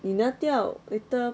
你拿掉 later